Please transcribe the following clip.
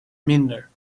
minder